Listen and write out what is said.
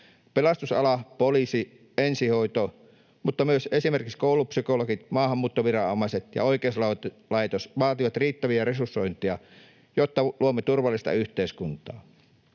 Pelastusala, poliisi, ensihoito mutta myös esimerkiksi koulu-psykologit, maahanmuuttoviranomaiset ja oikeuslaitos vaativat riittävää resursointia, jotta luomme turvallista yhteiskuntaa.